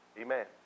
Amen